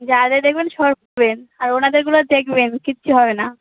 জাল দেয়ে দেখবেন সর পড়বে আর ওনাদেরগুলো দেখবেন কিচ্ছু হবে না